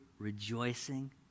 rejoicing